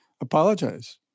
apologize